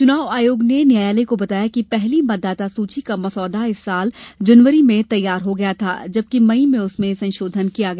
चुनाव आयोग ने न्यायालय को बताया कि पहली मतदाता सूची का मसौदा इस साल जनवरी में तैयार हो गया था जबकि मई में उसमें संशोधन किया गया